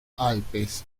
alpes